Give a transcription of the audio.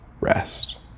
rest